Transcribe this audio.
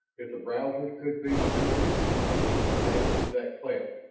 if the browsers could be maneuvered into taking the path through that cleft.